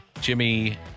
Jimmy